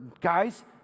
Guys